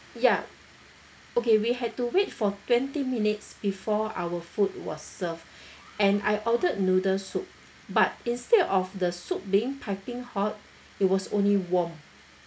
ya okay we had to wait for twenty minutes before our food was served and I ordered noodle soup but instead of the soup being piping hot it was only warm